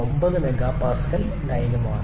9 MPa ലൈനുമാണ്